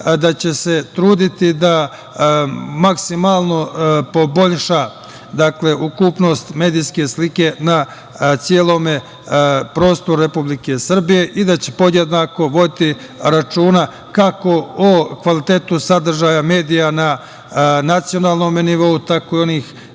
da će se truditi da maksimalno poboljša ukupnost medijske slike na celom prostoru Republike Srbije i da će podjednako voditi računa kako o kvalitetu sadržaja medija na nacionalnom nivou, tako i onih